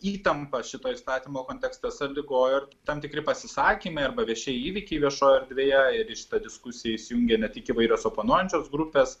įtampą šito įstatymo kontekste sąlygojo tam tikri pasisakymai arba vieši įvykiai viešoj erdvėje ir į šitą diskusiją įsijungė ne tik įvairios oponuojančios grupės